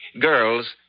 Girls